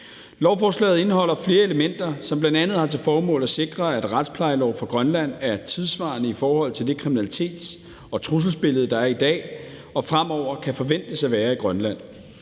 Lovforslaget indeholder flere elementer, som bl.a. har til formål at sikre, at retsplejeloven for Grønland er tidssvarende i forhold til det kriminalitets- og trusselsbillede, der er i dag og fremover kan forventes at være i Grønland.